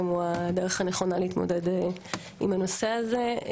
הוא הדרך הנכונה להתמודד עם הנושא הזה.